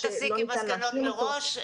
אל תסיקי מסקנות מראש.